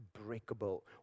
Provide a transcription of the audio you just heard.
unbreakable